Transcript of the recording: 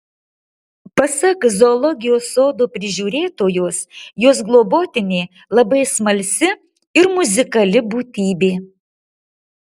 pasak zoologijos sodo prižiūrėtojos jos globotinė labai smalsi ir muzikali būtybė